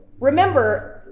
remember